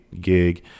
gig